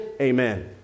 Amen